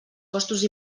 costos